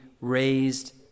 raised